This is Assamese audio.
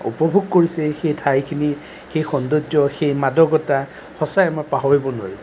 উপভোগ কৰিছে সেই ঠাইখিনি সেই সৌন্দৰ্য সেই মাদকতা সঁচাই মই পাহৰিব নোৱাৰোঁ